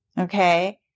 okay